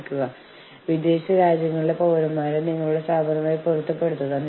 മധ്യസ്ഥത എന്നാൽ ഇരു കക്ഷികളെയും ബന്ധിപ്പിക്കുന്ന ഒരു അർദ്ധ ജുഡീഷ്യൽ പ്രക്രിയയാണ്